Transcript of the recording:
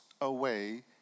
away